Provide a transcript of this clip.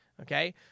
Okay